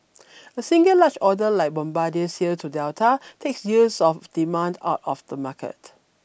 a single large order like Bombardier's sale to Delta takes years of demand out of the market